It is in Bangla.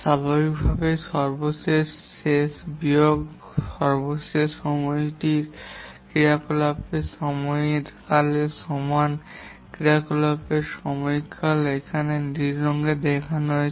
স্বাভাবিকভাবেই সর্বশেষ শেষ বিয়োগ সর্বশেষ শুরুর সময়টি ক্রিয়াকলাপের সময়কালের সমান ক্রিয়াকলাপের সময়কাল এখানে নীল রঙে দেখানো হয়েছে